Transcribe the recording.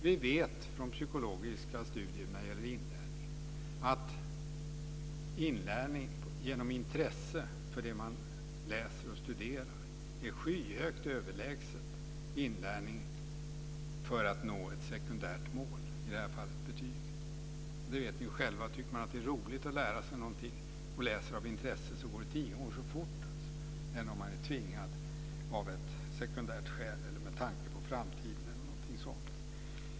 Vi vet från psykologiska studier av inlärning att inlärning genom intresse för det man läser och studerar är skyhögt överlägset inlärning för att nå ett sekundärt mål, i det här fallet betyget. Vi vet själva att om vi tycker något är roligt att läsa och läser av intresse går inlärningen tio gånger så fort än om man är tvingad av ett sekundärt skäl, med tanke på framtiden eller något sådant.